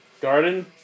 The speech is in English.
Garden